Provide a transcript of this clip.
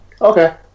Okay